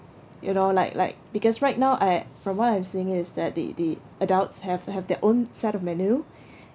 you know like like because right now I from what I'm seeing is that the the adults have have their own set of menu